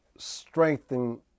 strengthen